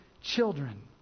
children